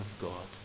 God